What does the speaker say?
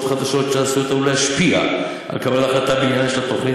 חדשות שעשויות היו להשפיע על קבלת החלטה בעניינה של התוכנית